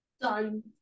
Done